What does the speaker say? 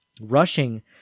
Rushing